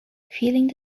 feeling